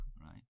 right